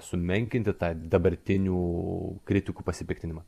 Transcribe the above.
sumenkinti tą dabartinių kritikų pasipiktinimą